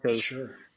Sure